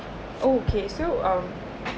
okay so um